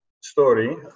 story